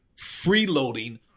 freeloading